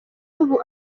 ubu